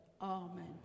Amen